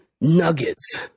nuggets